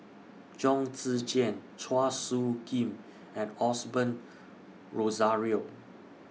Chong Tze Chien Chua Soo Khim and Osbert Rozario